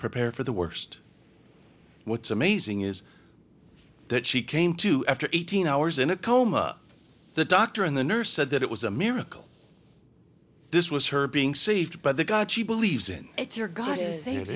prepare for the worst what's amazing is that she came to after eighteen hours in a coma the doctor and the nurse said that it was a miracle this was her being saved by the god she believes in